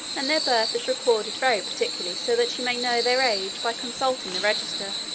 and their birth is recorded very particularly so that you may know their age by consulting the register,